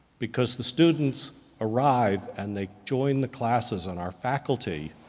because the students arrive, and they join the classes and our faculty.